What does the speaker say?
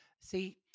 See